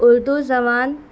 اردو زبان